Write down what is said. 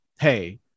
Hey